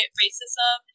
racism